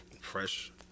Fresh